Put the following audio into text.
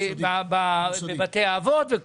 סיעוד בבתי האבות.